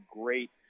great